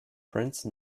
prince